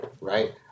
right